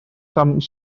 some